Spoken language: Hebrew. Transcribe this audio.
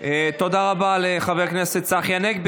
תודה רבה לחבר הכנסת צחי הנגבי.